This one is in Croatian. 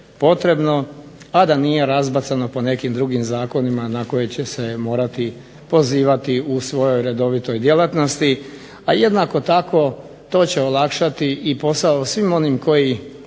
a da nije razbacano po nekim drugim zakonima na koje će se morati pozivati u svojoj redovitoj djelatnosti, a jednako tako to će olakšati i posao svim onim koji